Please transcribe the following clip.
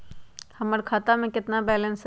हमर खाता में केतना बैलेंस हई?